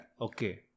Okay